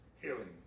healing